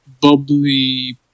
bubbly